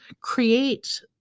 create